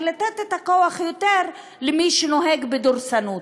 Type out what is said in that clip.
ולתת את הכוח למי שנוהג בדורסנות.